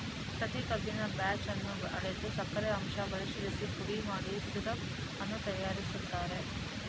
ಪ್ರತಿ ಕಬ್ಬಿನ ಬ್ಯಾಚ್ ಅನ್ನು ಅಳೆದು ಸಕ್ಕರೆ ಅಂಶ ಪರಿಶೀಲಿಸಿ ಪುಡಿ ಮಾಡಿ ಸಿರಪ್ ಅನ್ನು ತಯಾರಿಸುತ್ತಾರೆ